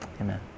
Amen